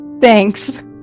Thanks